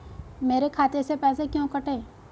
मेरे खाते से पैसे क्यों कटे?